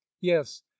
yes